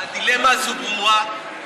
הדילמה הזאת ברורה.